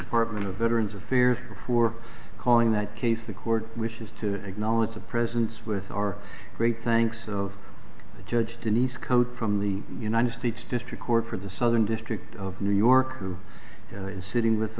department of veterans affairs before calling that case the court wishes to acknowledge the presence with our great thanks of the judge denise coat from the united states district court for the southern district of new york who is sitting with